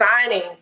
signing